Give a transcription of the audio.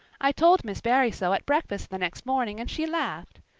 i told miss barry so at breakfast the next morning and she laughed.